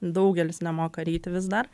daugelis nemoka ryti vis dar